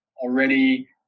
already